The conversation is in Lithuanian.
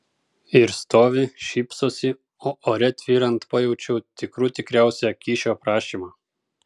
ir stovi šypsosi o ore tvyrant pajaučiau tikrų tikriausią kyšio prašymą